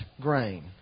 grain